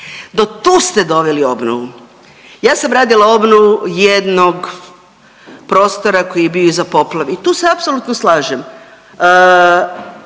Do tu ste doveli obnovu. Ja sam radila obnovu jednog prostora koji je bio iza poplave i tu se apsolutno slažem,